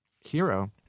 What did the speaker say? Hero